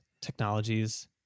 technologies